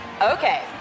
Okay